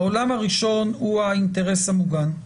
העולם הראשון הוא האינטרס המוגן,